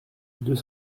deux